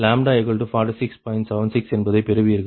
76 என்பதைப் பெறுவீர்கள்